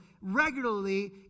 regularly